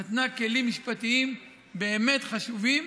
נתנה כלים משפטיים באמת חשובים,